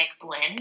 blend